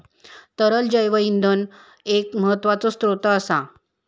तरल जैव इंधन एक महत्त्वाचो स्त्रोत असा